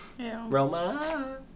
Roma